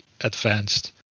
advanced